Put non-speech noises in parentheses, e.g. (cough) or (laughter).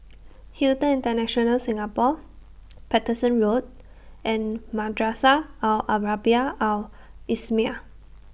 Hilton International Singapore (noise) Paterson Road and Madrasah Al Arabiah Al Islamiah